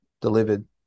delivered